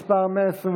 קבוצת סיעת ש"ס,